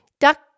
duck